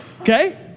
okay